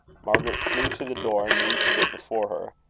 margaret flew to the door, and reached it before her.